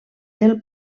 del